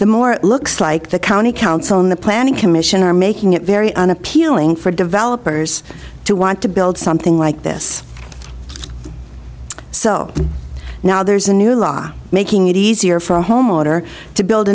the more it looks like the county council in the planning commission are making it very on appealing for developers to want to build something like this so now there's a new law making it easier for a homeowner to build